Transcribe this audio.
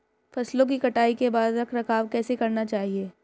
फसलों की कटाई के बाद रख रखाव कैसे करना चाहिये?